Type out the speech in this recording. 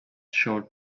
short